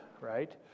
right